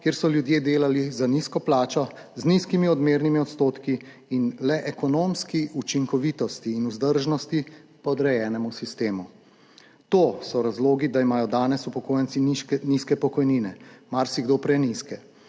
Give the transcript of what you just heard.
kjer so ljudje delali za nizko plačo, z nizkimi odmernimi odstotki in le v ekonomski učinkovitosti in vzdržnosti podrejenemu sistemu. To so razlogi, da imajo danes upokojenci nizke pokojnine, marsikdo prenizke,